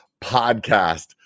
Podcast